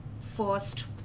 first